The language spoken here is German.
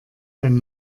ein